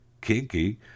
kinky